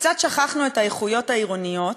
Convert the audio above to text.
קצת שכחנו את האיכויות העירוניות.